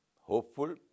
hopeful